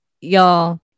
Y'all